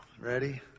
Ready